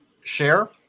share